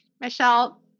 Michelle